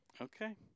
Okay